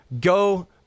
go